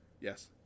Yes